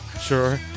sure